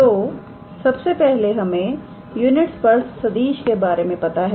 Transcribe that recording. तो सबसे पहले हमें यूनिट स्पर्श सदिश के बारे में पता है